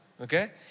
Okay